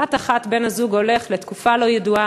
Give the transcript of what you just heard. שבבת אחת בן-הזוג הולך לתקופה לא ידועה,